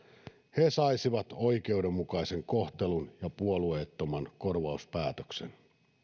he saisivat oikeudenmukaisen kohtelun ja puolueettoman korvauspäätöksen